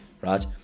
Right